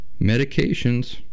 Medications